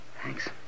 Thanks